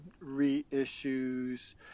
reissues